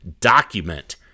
Document